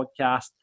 podcast